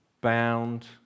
bound